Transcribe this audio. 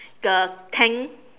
the tank